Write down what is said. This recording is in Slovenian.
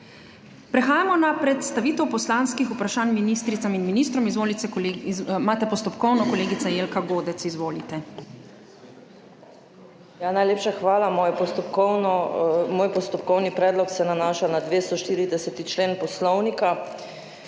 Prehajamo na predstavitev poslanskih vprašanj ministricam in ministrom. Imate postopkovno, kolegica Jelka Godec. Izvolite. **JELKA GODEC (PS SDS):** Najlepša hvala. Moj postopkovni predlog se nanaša na 240. člen Poslovnika